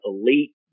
elite